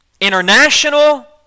international